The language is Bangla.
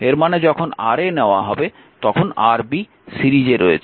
এর মানে যখন Ra নেওয়া হবে তখন Rb সিরিজে রয়েছে